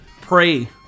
pray